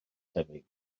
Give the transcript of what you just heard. tebyg